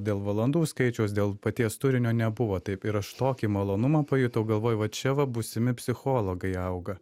dėl valandų skaičiaus dėl paties turinio nebuvo taip ir aš tokį malonumą pajutau galvoju va čia va būsimi psichologai auga